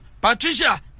Patricia